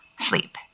Sleep